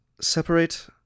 separate